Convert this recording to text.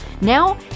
Now